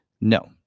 No